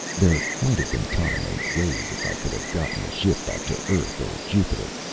there might have been time and ways, if i could have gotten the ship back to earth or jupiter.